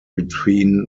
between